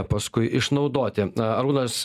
paskui išnaudoti a arūnas